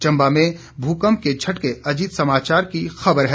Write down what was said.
चंबा में भूकम्प के झटके अजीत समाचार की खबर है